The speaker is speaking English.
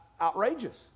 outrageous